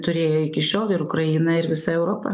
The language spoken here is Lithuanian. turėjo iki šiol ir ukraina ir visa europa